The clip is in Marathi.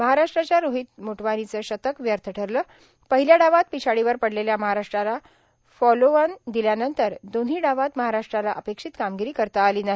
महाराष्ट्राच्या रोहित मोटवानीचे शतक व्यर्थ ठरले पहिल्या डावात पिछाडीवर पडलेल्या महाराष्ट्राला फोल्लोवेन दिल्यानंतर दोन्ही डावात महाराष्ट्राला अपेक्षित कामगिरी करता आली नाही